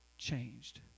Changed